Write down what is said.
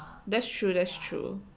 that's true that's true